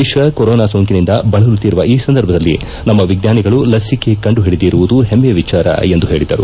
ದೇಶ ಕೊರೊನಾ ಸೋಂಕಿನಿಂದ ಬಳಲುತ್ತಿರುವ ಈ ಸಂದರ್ಭದಲ್ಲಿ ನಮ್ಮ ವಿಜ್ಞಾನಿಗಳು ಲಸಿಕೆ ಕಂಡು ಹಿಡಿದಿರುವುದು ಹೆಮ್ಮೆಯ ವಿಚಾರ ಎಂದು ಹೇಳಿದರು